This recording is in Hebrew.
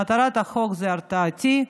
מטרת החוק היא הרתעתית,